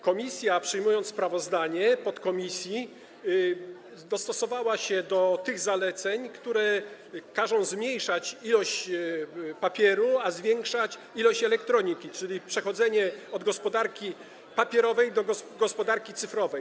Komisja, przyjmując sprawozdanie podkomisji, dostosowała się do zaleceń, które każą zmniejszać ilość papieru, a zwiększać ilość elektroniki, czyli chodzi o przechodzenie od gospodarki papierowej do gospodarki cyfrowej.